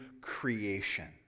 creation